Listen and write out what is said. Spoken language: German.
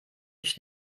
ich